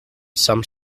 some